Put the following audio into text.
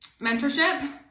mentorship